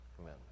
Amen